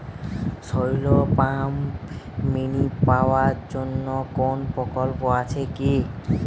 Shallow pump mini power জন্য কোনো প্রকল্প আছে কি?